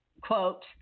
quote